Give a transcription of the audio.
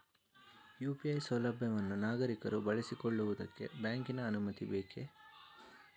UPI ಸೌಲಭ್ಯವನ್ನು ನಾಗರಿಕರು ಬಳಸಿಕೊಳ್ಳುವುದಕ್ಕೆ ಬ್ಯಾಂಕಿನ ಅನುಮತಿ ಬೇಕೇ?